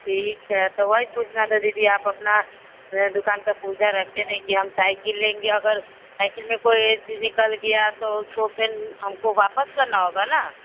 ठीक है तो वही पूछना था दीदी आप अपना दुकान का पुर्जा रखते नहीं कि हम साइकिल लेंगे अगर साइकिल में कोई चीज निकाल गया तो उसको फिर हमको वापस करना होगा न